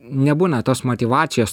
nebūna tos motyvacijos